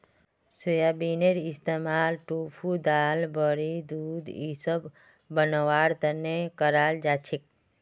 सोयाबीनेर इस्तमाल टोफू दाल बड़ी दूध इसब बनव्वार तने कराल जा छेक